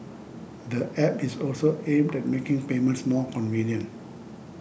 the app is also aimed at making payments more convenient